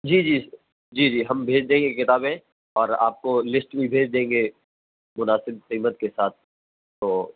جی جی جی جی ہم بھیج دیں گے کتابیں اور آپ کو لیسٹ بھی بھیج دیں گے مناسب قیمت کے ساتھ تو